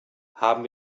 haben